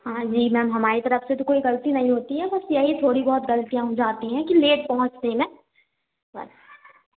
हाँ जी मैम हमारी तरफ से तो कोई गलती नही होती है बस यही थोड़ी बहुत गलतियाँ हो जाती हैं कि लेट पहुँचते हैं बस